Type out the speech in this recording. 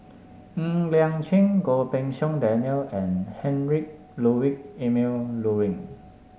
Ng Liang Chiang Goh Pei Siong Daniel and Heinrich Ludwig Emil Luering